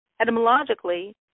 Etymologically